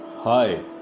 Hi